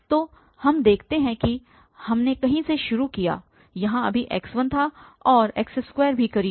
तो हम देखते हैं कि हमने कहीं से शुरू किया यहाँ अभी x1 था और x2 भी करीब है